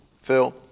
Phil